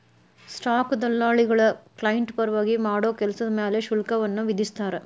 stock ದಲ್ಲಾಳಿಗಳ client ಪರವಾಗಿ ಮಾಡೋ ಕೆಲ್ಸದ್ ಮ್ಯಾಲೆ ಶುಲ್ಕವನ್ನ ವಿಧಿಸ್ತಾರ